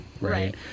right